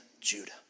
Judah